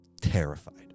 Terrified